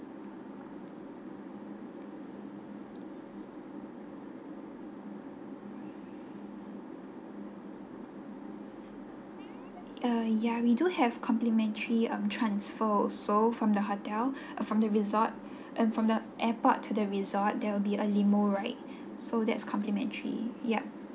uh ya we do have complementary um transfer also from the hotel from the resort and from the airport to the resort there will be a limo ride so that's complementary yup